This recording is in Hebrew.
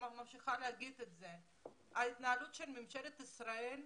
ממשיכה להגיד את זה, שההתנהלות של ממשלת ישראל,